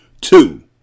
Two